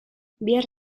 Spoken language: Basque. bihar